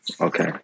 Okay